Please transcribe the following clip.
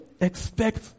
expect